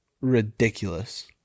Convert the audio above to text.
Ridiculous